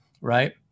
right